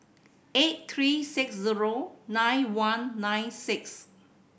eight three six zero nine one nine six